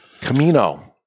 Camino